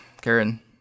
Karen